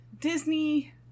Disney